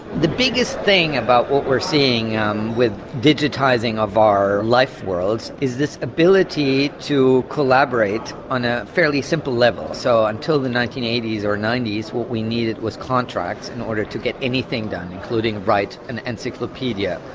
the biggest thing about what we're seeing um with digitising of our life's world is this ability to collaborate on ah fairly simple level. so until the nineteen eighty s or ninety s what we needed was contracts in order to get anything done, including write an encyclopedia.